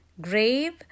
grave